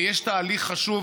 ויש תהליך חשוב,